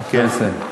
כן, הוא מסיים.